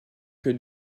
que